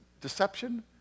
deception